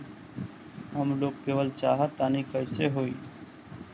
हम लोन लेवल चाह तानि कइसे होई?